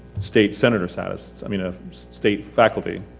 state senator status, i mean a state faculty,